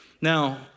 Now